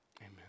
Amen